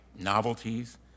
novelties